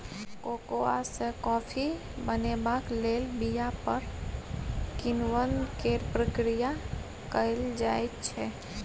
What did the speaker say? cocoa सँ coffee बनेबाक लेल बीया पर किण्वन केर प्रक्रिया कएल जाइ छै